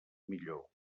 millor